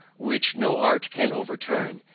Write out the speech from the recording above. which no art can overturn,